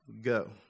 go